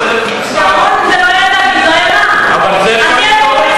מס ערך מוסף, נכון,